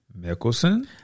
Mickelson